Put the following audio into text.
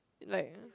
like